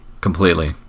Completely